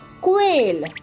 Quail